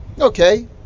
okay